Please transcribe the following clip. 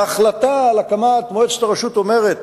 וההחלטה על הקמת מועצת הרשות אומרת